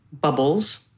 bubbles